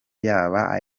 yaba